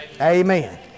Amen